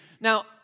Now